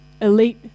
elite